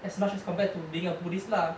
as much as compared to being a buddhist lah